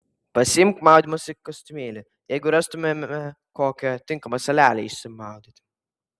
pasiimk maudymosi kostiumėlį jeigu rastumėme kokią tinkamą salelę išsimaudyti